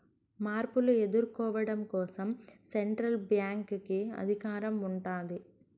మార్పులు ఎదుర్కోవడం కోసం సెంట్రల్ బ్యాంక్ కి అధికారం ఉంటాది